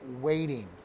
waiting